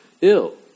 ill